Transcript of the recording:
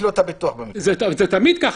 תמיד יגיד: